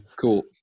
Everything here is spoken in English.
Cool